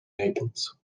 naples